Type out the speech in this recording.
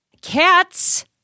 Cats